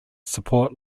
support